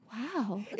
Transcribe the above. wow